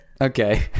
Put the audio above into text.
okay